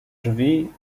drzwi